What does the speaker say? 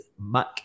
Mac